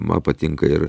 man patinka ir